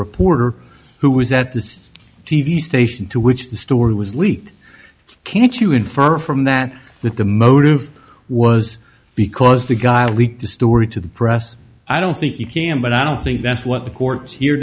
reporter who was at the t v station to which the story was leaked can't you infer from that that the motive was because the guy leaked the story to the press i don't think you can but i don't think that's what the courts here